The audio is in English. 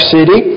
City